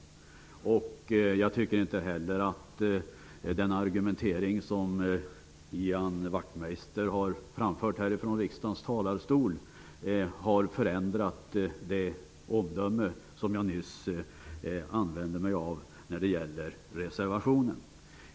Jag tycker inte heller att den argumentering som Ian Wachtmeister har framfört här i riksdagens talarstol har förändrat det omdöme som jag nyss gjorde när det gällde reservationen.